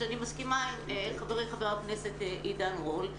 ואני מסכימה עם חברי חבר הכנסת עידן רול,